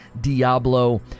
Diablo